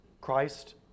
Christ